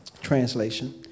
translation